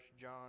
John